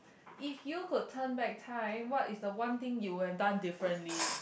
if you got turn back time what is the one thing you will done differently